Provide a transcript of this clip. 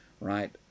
Right